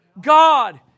God